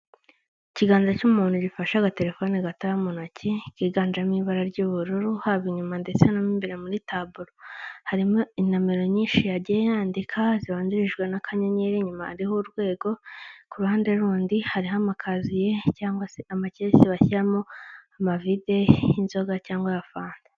Ikiganza cy'umuntu gifashe agatelefone gatoya mu ntoki, kiganjemo ibara ry'ubururu haba inyuma ndetse'bere muri taburo, harimo inomero nyinshi yagiye yandika zibanjirijwe n'akanyenyeri, inyuma hariho urwego ku ruhande rundi hariho amakaziye cyangwa se amakesi bashyiramo amavide y'inzoga cyangwa ya fanta.